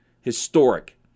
Historic